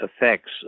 effects